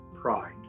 pride